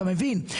אתה מבין,